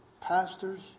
pastors